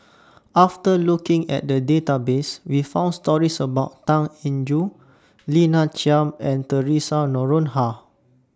after looking At The Database We found stories about Tan Eng Joo Lina Chiam and Theresa Noronha